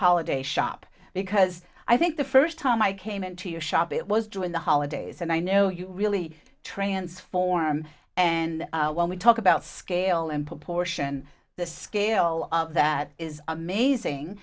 holiday shop because i think the first time i came into your shop it was during the holidays and i know you really transform and when we talk about scale and proportion the scale of that is amazing